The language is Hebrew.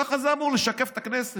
ככה זה אמור להשתקף בכנסת.